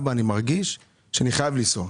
'אבא, אני מרגיש שאני חייב לנסוע'.